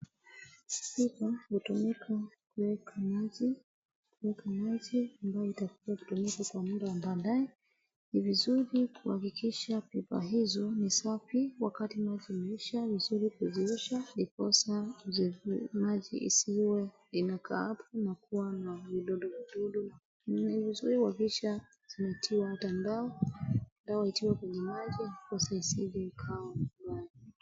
Pipa hutumika kuweka maji, kuweka maji ambayo itakuja kutumika kwa muda baadae, ni vizuri kuhakikisha pipa hizo ni safi wakati maji imeisha, ni vizuri kuziosha ndisposa maji isiwe inakaa hapo na kuwa na vidudu vidudu na ni vizuri wakisha wanatiwa hata dawa, dawa itiwe kwenye maji ndiposa isije ikawa mbaya.